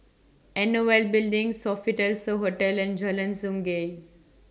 N O L Building Sofitel So Hotel and Jalan Sungei